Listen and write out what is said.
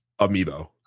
amiibo